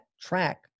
track